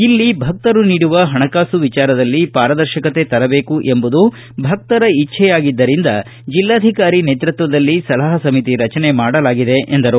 ಇಲ್ಲಿ ಭಕ್ತರು ನೀಡುವ ಪಣಕಾಸು ವಿಚಾರದಲ್ಲಿ ಪಾರದರ್ಶಕತೆ ತರಬೇಕು ಎಂಬುದು ಭಕ್ತರ ಇಜ್ವೆಯಾಗಿದ್ದರಿಂದ ಜಿಲ್ಲಾಧಿಕಾರಿ ನೇತೃತ್ವದಲ್ಲಿ ಸಲಹಾ ಸಮಿತಿ ರಚನೆ ಮಾಡಲಾಗಿದೆ ಎಂದರು